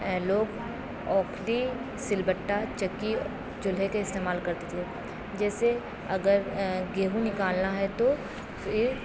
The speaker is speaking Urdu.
لوگ اوکھٹی سل بٹہ چکی چولہے کے استعمال کرتے تھے جیسے اگر گیہوں نکالنا ہے تو پھر